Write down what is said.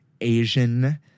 Asian